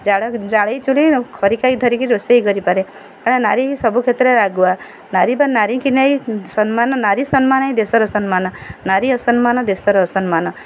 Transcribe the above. ଜାଳ ଜାଳେଇ ଚୁଲି ଖଡ଼ିକା ଧରିକି ବି ରୋଷେଇ କରିପାରେ କାରଣ ନାରୀ ହିଁ ସବୁ କ୍ଷେତ୍ରରେ ଆଗୁଆ ନାରୀ ବା ନାରୀ କି ନେଇ ସମ୍ମାନ ନାରୀ ସମ୍ମାନ ହିଁ ଦେଶର ସମ୍ମାନ ନାରୀ ଅସମ୍ମାନ ଦେଶର ଅସମ୍ମାନ